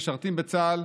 משרתים בצה"ל,